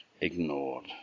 ignored